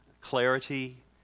clarity